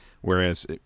whereas